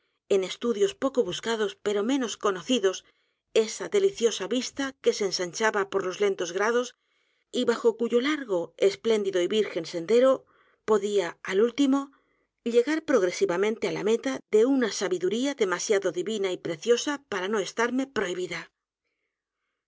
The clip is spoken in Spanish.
en estudios poco buscados pero menos conocidos esa deliciosa vista que se ensanchaba por lentos grados y bajo euyo largo espléndido y virgen sendero podía al último llegar progresivamente á la meta de una sabiduría demasiado divina y preciosa p a r a no estarme prohibida